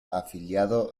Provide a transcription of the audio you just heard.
afiliado